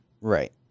Right